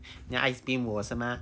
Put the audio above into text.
你要 ice beam 我是吗